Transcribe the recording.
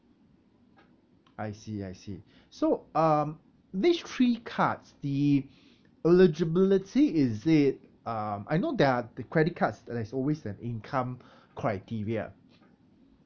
I see I see so um this three cards the eligibility is it um I know there are the credit cards there's always an income criteria